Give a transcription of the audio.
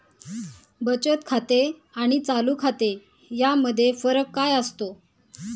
बचत खाते आणि चालू खाते यामध्ये फरक काय असतो?